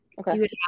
Okay